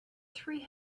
three